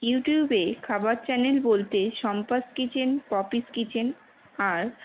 ইউটিউবে খাবার চ্যানেল বলতে শম্পাস কিচেন পপিস কিচেন আর